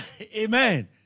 Amen